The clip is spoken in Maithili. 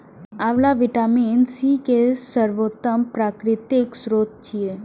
आंवला विटामिन सी के सर्वोत्तम प्राकृतिक स्रोत छियै